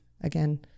again